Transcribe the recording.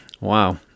Wow